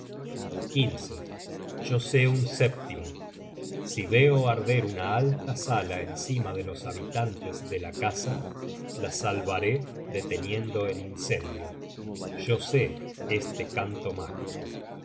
mí yo sé un sétimo si veo arder una alta sala encima de los habitantes de la casa la salvaré deteniendo el incendio yo sé este canto mágico